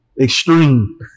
extreme